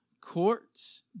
courts